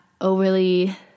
overly